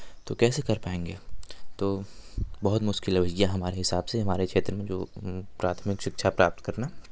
तो कैसे कर पाएँगे आप तो बहुत मुश्किल है भैया हमारे हिसाब से हमारे क्षेत्र में जो प्राथमिक शिक्षा प्राप्त करना